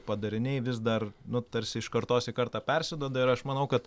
padariniai vis dar nu tarsi iš kartos į kartą persiduoda ir aš manau kad